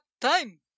time